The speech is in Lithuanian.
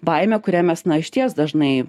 baimė kurią mes na išties dažnai